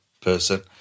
person